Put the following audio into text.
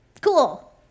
Cool